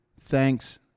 Thanks